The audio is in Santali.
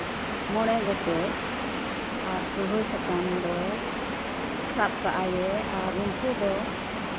ᱢᱚᱬᱮ ᱜᱚᱴᱮᱱ ᱟᱨ ᱠᱟᱹᱣᱦᱟᱹ ᱥᱟᱠᱟᱢ ᱫᱚ ᱥᱟᱵ ᱠᱟᱜᱼᱟᱭᱮ ᱟᱨ ᱩᱱᱠᱩ ᱫᱚ